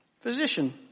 Physician